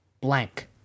blank